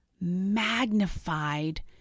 magnified